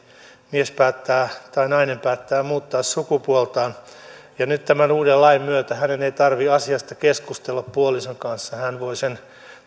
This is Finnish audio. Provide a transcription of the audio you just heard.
mies tai nainen päättää muuttaa sukupuoltaan niin nyt tämän uuden lain myötä hänen ei tarvitse asiasta keskustella puolison kanssa hän voi sen